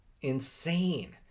insane